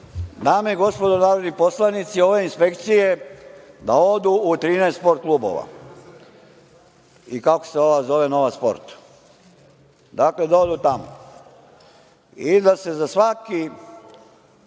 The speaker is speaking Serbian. Dame i gospodo narodni poslanici, ove inspekcije da odu u 13 sport klubova i ova „Nova sport“. Dakle, da odu tamo i da se za svaki